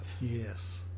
Yes